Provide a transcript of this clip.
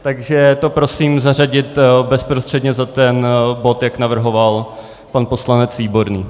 Takže to prosím zařadit bezprostředně za bod, jak navrhoval pan poslanec Výborný.